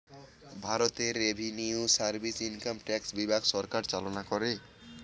ভারতে revenue service income tax বিভাগ সরকার চালনা করে